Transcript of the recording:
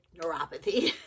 neuropathy